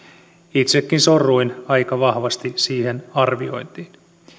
itsekin sorruin aika vahvasti siihen arviointiin